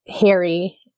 Harry